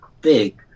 big